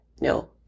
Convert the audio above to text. no